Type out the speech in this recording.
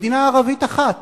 מדינה ערבית אחת